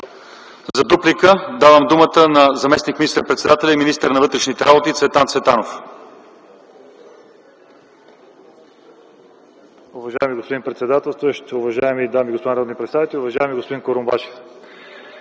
За отговор давам думата на заместник министър-председателя и министър на вътрешните работи Цветан Цветанов.